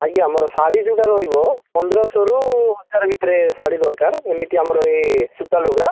ଆଜ୍ଞା ମୋର ଶାଢ଼ୀ ଯେଉଁଟା ରହିବ ପନ୍ଦର ଶହରୁ ହଜାର ଭିତରେ ଶାଢ଼ୀ ଦରକାର ହେମିତି ଆମର ଏ ସୂତା ଲୁଗା